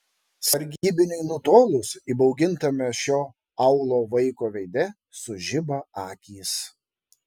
sargybiniui nutolus įbaugintame šio aūlo vaiko veide sužiba akys